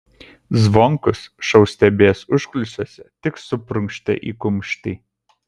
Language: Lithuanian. zvonkus šou stebėjęs užkulisiuose tik suprunkštė į kumštį